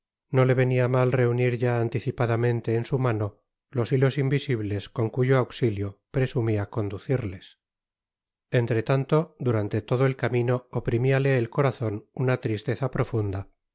no le venia mal reunir ya anticipadamente en su mano los hilos invisibles con cuyo ausilio presumia conducirles entre tanto durante todo el camino oprimiale el corazon una tristeza profunda